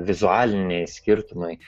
vizualiniai skirtumai